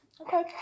Okay